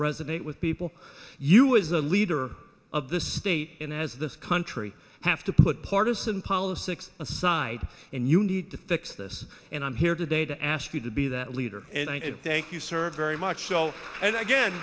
resonate with people you as a leader of this state and as this country have to put partisan politics aside and you need to fix this and i'm here today to ask you to be that leader and thank you sir very much so and again